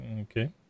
Okay